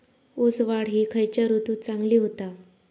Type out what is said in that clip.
ऊस वाढ ही खयच्या ऋतूत चांगली होता?